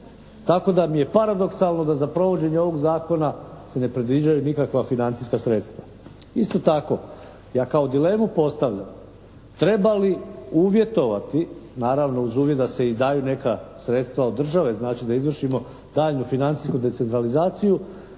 Tako da mi je paradoksalno da za provođenje ovog zakona se ne predviđaju nikakva financijska sredstva. Isto tako ja kao dilemu postavljam, treba li uvjetovati naravno uz uvjet da se i daju neka sredstva od države, znači da izvršimo daljnju financijsku decentralizaciju,